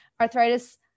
Arthritis